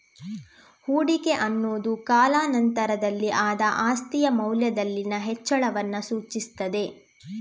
ಹೂಡಿಕೆ ಅನ್ನುದು ಕಾಲಾ ನಂತರದಲ್ಲಿ ಆದ ಆಸ್ತಿಯ ಮೌಲ್ಯದಲ್ಲಿನ ಹೆಚ್ಚಳವನ್ನ ಸೂಚಿಸ್ತದೆ